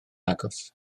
agos